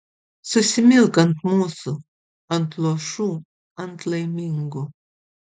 susimilk ant mūsų ant luošų ant laimingų